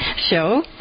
show